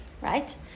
right